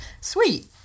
Sweet